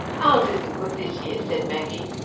ours isn't good this year, said maggie.